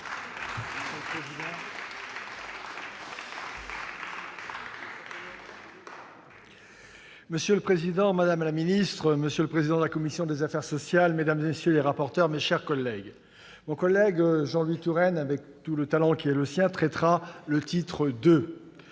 Monsieur le président, madame la ministre, monsieur le président de la commission des affaires sociales, mesdames, messieurs les rapporteurs, mes chers collègues, mon collègue Jean-Louis Tourenne traitera avec tout le talent qui est le sien du titre II de ce